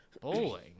Bowling